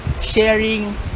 sharing